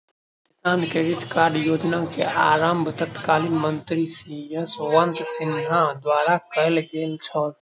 किसान credit card योजना के आरम्भ तत्कालीन मंत्री यशवंत सिन्हा द्वारा कयल गेल छल